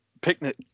picnic